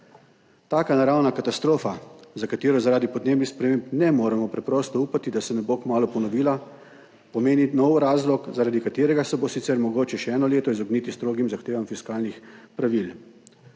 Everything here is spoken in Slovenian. Taka naravna katastrofa, za katero zaradi podnebnih sprememb ne moremo preprosto upati, da se ne bo kmalu ponovila, pomeni nov razlog, zaradi katerega se bo sicer mogoče še eno leto izogniti strogim zahtevam fiskalnih pravil.